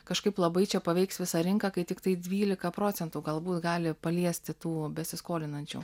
kažkaip labai čia paveiks visą rinką kai tiktai dvyliką procentų galbūt gali paliesti tų besiskolinančių